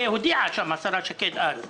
השרה שקד הודיעה אז.